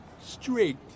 straight